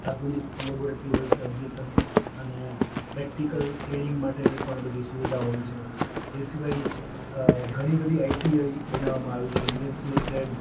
આધુનિક લેબોરેટરી હોય છે અદ્યતન અને પ્રેક્ટિકલ ટ્રેનિંગ માટેની પણ બધી સુવિધાઓ હોય છે એ સિવાય ઘણી બધી આઈટીઆઈ બનાવામાં આવી છે ઇંડસ્ટ્રિયલ ટ્રેડ